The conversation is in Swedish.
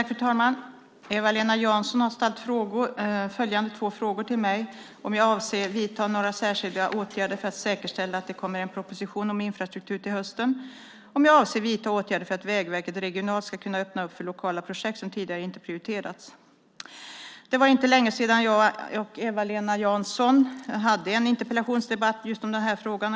Fru talman! Eva-Lena Jansson har ställt följande två frågor till mig: Avser statsrådet att vidta några särskilda åtgärder för att säkerställa att det kommer en proposition om infrastruktur till hösten? Avser statsrådet att vidta åtgärder för att Vägverket regionalt ska kunna öppna för lokala projekt som tidigare inte prioriterats? Det var inte länge sedan jag och Eva-Lena Jansson hade en interpellationsdebatt just om den här frågan.